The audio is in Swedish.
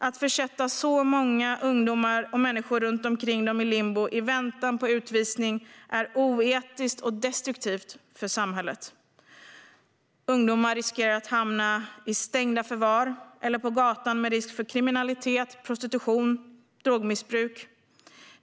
Att försätta så många ungdomar och människor runt omkring dem i limbo i väntan på utvisning är oetiskt och destruktivt för samhället. Ungdomar riskerar att hamna i stängda förvar eller på gatan med risk för kriminalitet, prostitution och drogmissbruk.